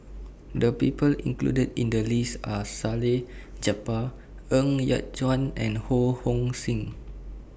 The People included in The list Are Salleh Japar Ng Yat Chuan and Ho Hong Sing